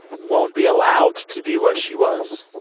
won't be allowed to be what she was?